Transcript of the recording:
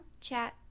chat